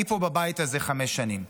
אני פה בבית הזה חמש שנים.